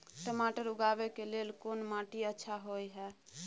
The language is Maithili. टमाटर उगाबै के लेल कोन माटी अच्छा होय है?